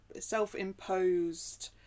self-imposed